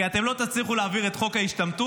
כי אתם לא תצליחו להעביר את חוק ההשתמטות,